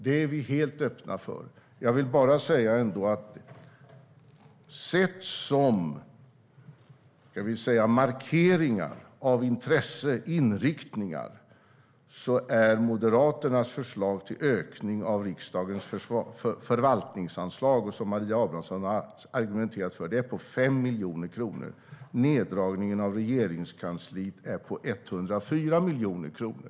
Det är vi helt öppna för. Jag vill bara säga att sett som markeringar av intresseinriktningar är Moderaternas förslag till ökning av riksdagens förvaltningsanslag, som Maria Abrahamsson har argumenterat för, på 5 miljoner kronor. Neddragningen av Regeringskansliet är på 104 miljoner kronor.